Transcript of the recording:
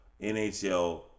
NHL